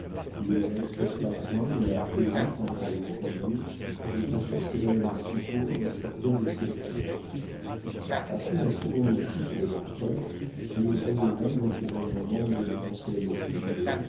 il n'accepta point la pairie pendant les cent-jours et passa ce règne si court dans sa terre de sérisy après la seconde chute de l'empereur il redevint naturellement membre du conseil privé